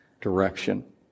direction